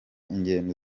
ingendo